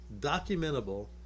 documentable